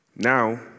Now